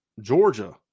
Georgia